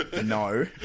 No